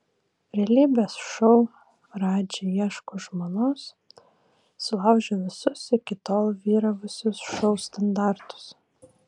realybės šou radži ieško žmonos sulaužė visus iki tol vyravusius šou standartus